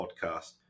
podcast